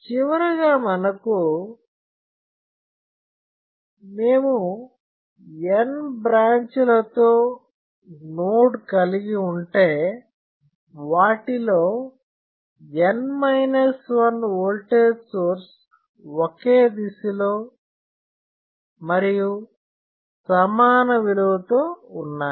చివరగా మనకు మేము N బ్రాంచ్ లతో నోడ్ కలిగి ఉంటే వాటిలో N 1 ఓల్టేజ్ సోర్స్ ఒకే దిశలో మరియు సమాన విలువ తో ఉన్నాయి